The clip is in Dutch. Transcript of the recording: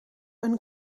een